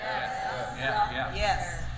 Yes